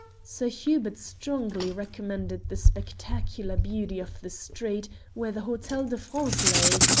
sir hubert strongly recommended the spectacular beauty of the street where the hotel de france lay,